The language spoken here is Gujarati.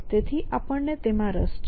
તેથી આપણને તેમાં રસ છે